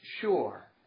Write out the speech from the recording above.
sure